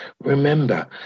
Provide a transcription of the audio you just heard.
Remember